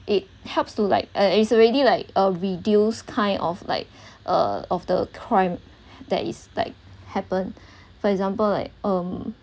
it helps to like uh it's already like uh reduce kind of like uh of the crime that is like happen for example like um